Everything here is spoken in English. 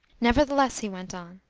nevertheless, he went on,